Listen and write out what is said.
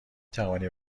توانی